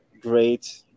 Great